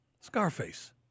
Scarface